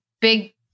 big